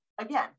again